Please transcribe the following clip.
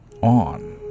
on